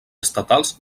estatals